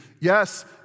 Yes